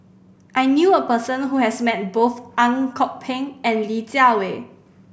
I knew a person who has met both Ang Kok Peng and Li Jiawei